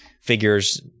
figures